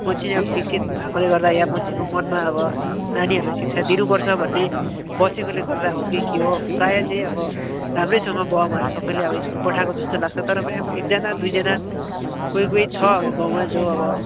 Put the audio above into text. मान्छे नि अब शिक्षित भएकोले गर्दा यहाँ मान्छेको मनमा अब नानीहरूलाई शिक्षा दिनुपर्छ भन्ने बसेकोले गर्दा हो कि के हो प्रायः चाहिँ अब राम्रैसँग अब बाबुआमाहरू सबैले अब स्कुल पठाएको जस्तो लाग्छ तर पनि अब एकजना दुईजना कोही कोही छ अब गाउँमा जो अब